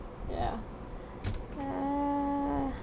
yeah uh